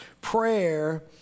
Prayer